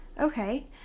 Okay